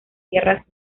tierras